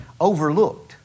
overlooked